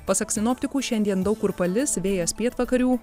pasak sinoptikų šiandien daug kur palis vėjas pietvakarių